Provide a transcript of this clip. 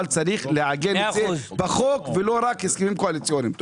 צריך לעגן את זה בחוק ולא רק בהסכמים קואליציוניים.